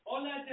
Hola